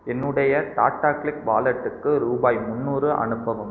என்னுடைய டாடாகிளிக் வாலட்டுக்கு ரூபாய் முந்நூறு அனுப்பவும்